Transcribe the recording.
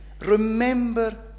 remember